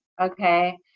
Okay